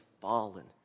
fallen